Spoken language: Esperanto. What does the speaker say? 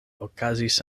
okazis